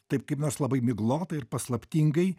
taip kaip nors labai miglotai ir paslaptingai